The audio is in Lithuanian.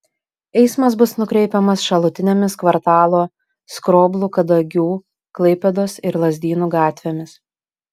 eismas bus nukreipiamas šalutinėmis kvartalo skroblų kadagių klaipėdos ir lazdynų gatvėmis